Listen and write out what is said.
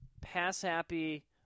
pass-happy